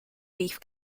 beef